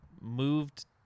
moved